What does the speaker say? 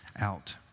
out